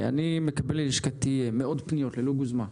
אני מקבל ללשכתי מאות פניות, ללא גוזמה,